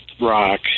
Rock